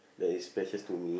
that is precious to me